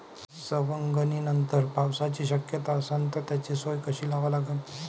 सवंगनीनंतर पावसाची शक्यता असन त त्याची सोय कशी लावा लागन?